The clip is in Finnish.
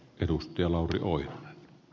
arvoisa puhemies